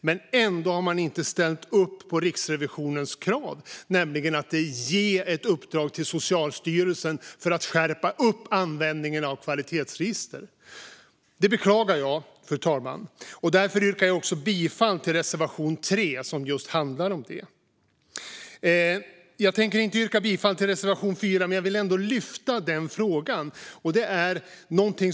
Men ändå har man inte ställt upp på Riksrevisionens krav, nämligen att ge ett uppdrag till Socialstyrelsen för att skärpa användningen av kvalitetsregister. Det beklagar jag, fru talman. Därför yrkar jag bifall till reservation 3, som handlar om detta. Jag tänker inte yrka bifall till reservation 4, men jag vill ändå lyfta upp den fråga som tas upp i reservationen.